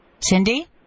Cindy